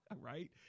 right